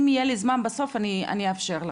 אם יהיה לי זמן בסוף אני אאפשר לך.